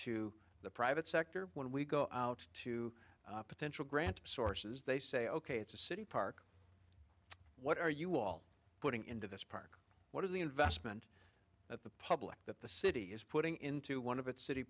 to the private sector when we go out to potential grant sources they say ok it's a city park what are you putting into this park what is the investment that the public that the city is putting into one of its city